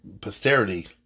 posterity